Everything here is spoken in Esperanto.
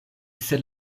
sed